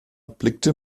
blickte